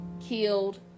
killed